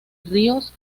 ríos